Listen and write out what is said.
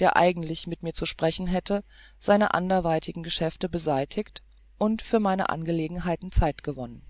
der eigentlich mit mir zu sprechen hätte seine anderweitigen geschäfte beseitigt und für meine angelegenheiten zeit gewonnen